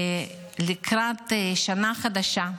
ולקראת השנה החדשה,